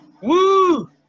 Woo